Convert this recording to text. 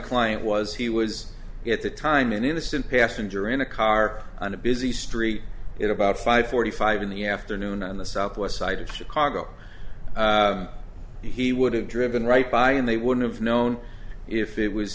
client was he was at the time and in the same passenger in a car on a busy street at about five forty five in the afternoon on the southwest side of chicago he would have driven right by and they wouldn't have known if it was